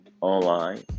Online